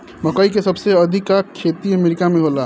मकई के सबसे अधिका खेती अमेरिका में होला